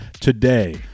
today